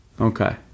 Okay